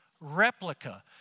replica